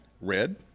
Red